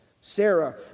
Sarah